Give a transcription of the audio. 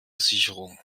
sicherung